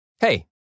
Hey